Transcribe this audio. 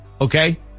Okay